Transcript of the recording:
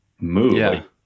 move